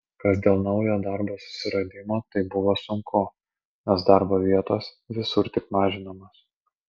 kas dėl naujo darbo susiradimo tai buvo sunku nes darbo vietos visur tik mažinamos